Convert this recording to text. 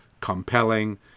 compelling